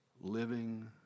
living